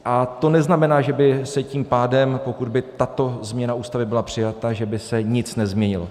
A to neznamená, že by se tím pádem, pokud by tato změna Ústavy byla přijata, že by se nic nezměnilo.